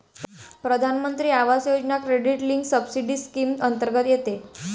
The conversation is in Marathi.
प्रधानमंत्री Awas Yojana credit linked subsidy scheme अंतर्गत येते